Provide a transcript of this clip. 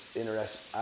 interesting